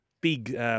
big